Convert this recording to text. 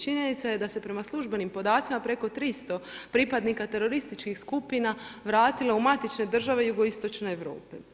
Činjenica je da se prema službenim podacima, preko 300 pripadnika terorističkih skupina, vratilo u matične države jugoistočne Europe.